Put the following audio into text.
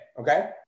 Okay